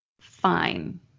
fine